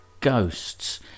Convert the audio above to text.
ghosts